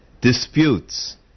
disputes